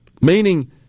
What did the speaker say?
meaning